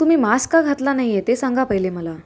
तुम्ही मास्क का घातला नाही आहे ते सांगा पहिले मला